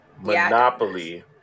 Monopoly